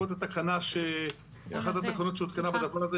בעקבות אחת התקנות שהותקנה --- יחד עם משרדי הממשלה השונים.